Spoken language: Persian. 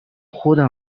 خودم